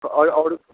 तऽ आओर आओर